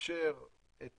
אפשר את